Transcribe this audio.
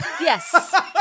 Yes